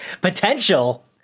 Potential